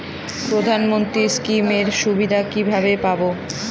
প্রধানমন্ত্রী স্কীম এর সুবিধা কিভাবে পাবো?